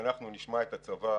נשמע את הצבא